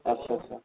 आच्चा आच्चा